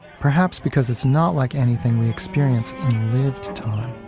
perhaps because it's not like anything we experience in lived time